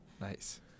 Nice